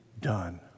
done